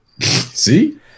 See